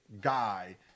guy